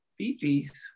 beefies